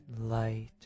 light